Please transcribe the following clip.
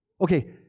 Okay